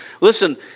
Listen